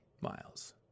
miles